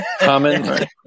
Common